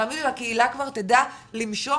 תאמינו לי הקהילה כבר תדע למשוך,